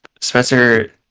Spencer